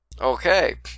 Okay